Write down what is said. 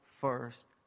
first